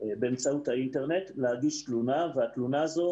באמצעות האינטרנט, להגיש תלונה והתלונה הזאת